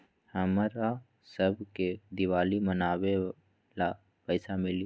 हमरा शव के दिवाली मनावेला पैसा मिली?